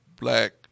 Black